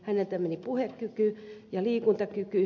häneltä meni puhekyky ja liikuntakyky